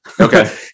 okay